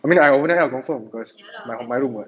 I mean I wouldn't have confirmed cause on my room [what]